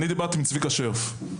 אני דיברתי עם צביקה שרף,